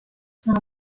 than